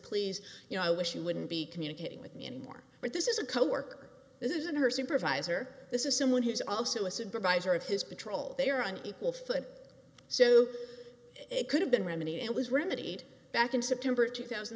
please you know i wish you wouldn't be communicating with me anymore but this is a coworker this isn't her supervisor this is someone who's also a supervisor of his patrol they're on equal foot so it could have been remedied and was remedied back in september two thousand